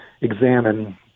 examine